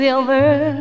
Silver